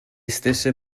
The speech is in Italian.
stesse